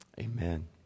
amen